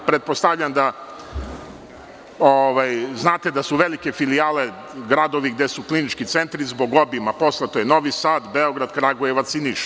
Pretpostavljam da znate da su velike filijale gradovi gde su klinički centri, zbog obima posla, a to su Novi Sad, Beograd, Kragujevac i Niš.